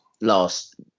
last